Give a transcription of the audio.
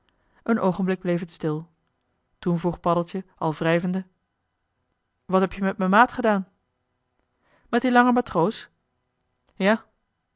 een oogenblik bleef het stil toen vroeg paddeltje al wrijvende wat heb-je met m'n maat gedaan met dien langen matroos ja